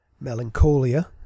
melancholia